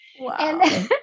Wow